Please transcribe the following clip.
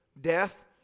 death